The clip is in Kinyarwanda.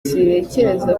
sintekereza